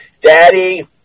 Daddy